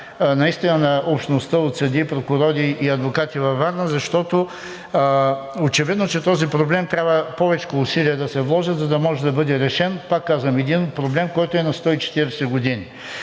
наистина на общността от съдии, прокурори и адвокати във Варна, защото очевидно, че за този проблем трябва повечко усилия да се вложат, за да може да бъде решен, пак казвам, един проблем, който е на 140 години.